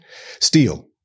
steel